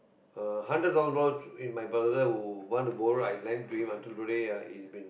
uh hundred thousand dollars and my brother who want to borrow I lend to him until today ah he's been